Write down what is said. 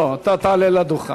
לא, אתה תעלה לדוכן.